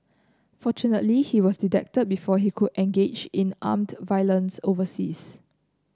fortunately he was detected before he could engage in armed violence overseas